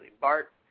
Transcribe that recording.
Bart